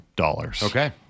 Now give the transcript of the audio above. Okay